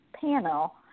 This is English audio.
panel